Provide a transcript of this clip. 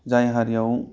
जाय हारियाव